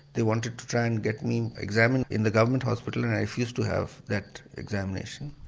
they wanted to try and get me examined in the government hospital and i refused to have that examination.